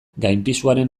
gainpisuaren